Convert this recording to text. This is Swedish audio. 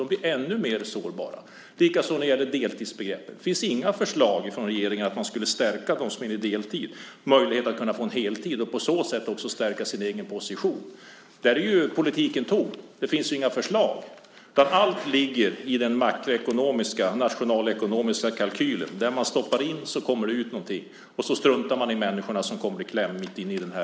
De blir ännu sårbarare. Det är likadant när det gäller deltid. Det finns inga förslag från regeringen om att man skulle stärka dem som arbetar deltid och ge dem möjlighet att få heltid och på så sätt stärka sin egen position. Där är politiken tom. Det finns inga förslag. Allt ligger i den makroekonomiska, nationalekonomiska kalkylen, där allt handlar om att man ska stoppa in något för att det ska komma ut något. Man struntar i människorna som kommer i kläm.